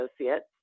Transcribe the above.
Associates